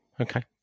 Okay